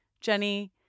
Jenny